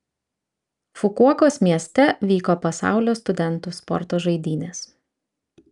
fukuokos mieste vyko pasaulio studentų sporto žaidynės